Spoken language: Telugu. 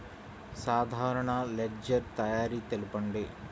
సాధారణ లెడ్జెర్ తయారి తెలుపండి?